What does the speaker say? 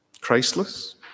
Christless